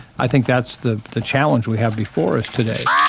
i think that's the the challenge we have before us today.